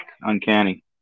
uncanny